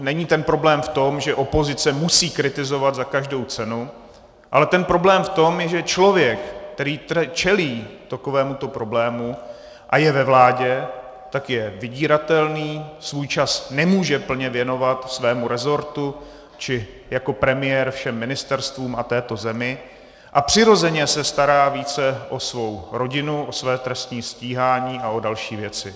Není ten problém v tom, že opozice musí kritizovat za každou cenu, ale ten problém je v tom, že člověk, který čelí takovémuto problému a je ve vládě, tak je vydíratelný, svůj čas nemůže plně věnovat svému resortu či jako premiér všem ministerstvům a této zemi a přirozeně se stará více o svou rodinu, o své trestní stíhání a o další věci.